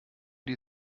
die